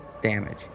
Damage